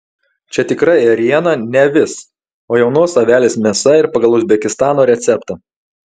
čia tikra ėriena ne avis o jaunos avelės mėsa ir pagal uzbekistano receptą